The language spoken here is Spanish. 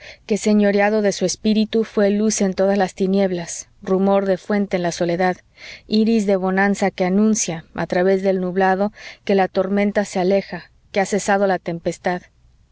que señoreado de su espíritu fué luz en todas las tinieblas rumor de fuente en la soledad iris de bonanza que anuncia a través del nublado que la tormenta se aleja que ha cesado la tempestad